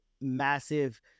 massive